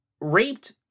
raped